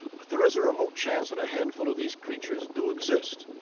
but there is a remote chance that a handful of these creatures do exist,